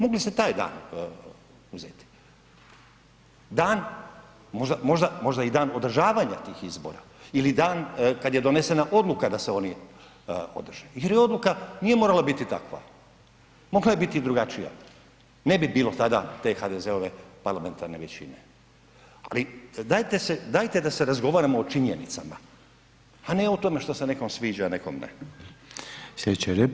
Mogli ste taj dan uzeti, možda i dan održavanja tih izbora ili dan kad je donesena odluka da se oni održe, jer je odluka, nije mora biti takva, mogla je biti i drugačija, ne bi bilo tada HDZ-ove parlamentarne većine, ali dajte se, dajte da se razgovaramo o činjenicama, a ne o tome što se nekom sviđa, a nekom ne.